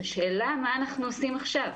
השאלה מה אנחנו עושים עכשיו,